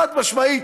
חד-משמעית,